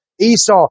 Esau